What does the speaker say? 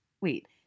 wait